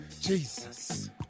Jesus